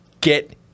get